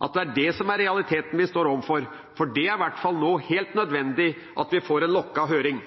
at det er det som er realiteten vi står overfor – for det er i hvert fall nå helt nødvendig at vi får en lukket høring.